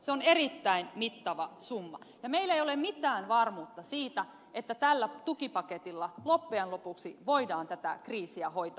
se on erittäin mittava summa ja meillä ei ole mitään varmuutta siitä että tällä tukipaketilla loppujen lopuksi voidaan tätä kriisiä hoitaa